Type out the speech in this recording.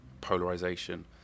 polarization